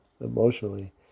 emotionally